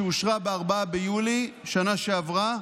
שאושרה ב-4 ביולי שנה שעברה,